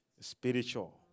spiritual